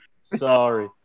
sorry